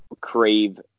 crave